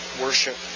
worship